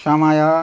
समय